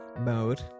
mode